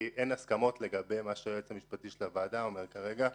כי אין הסכמות לגבי מה שהיועץ המשפטי של הוועדה אומר כרגע.